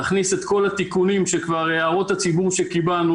להכניס את כל התיקונים והערות הציבור שקיבלנו,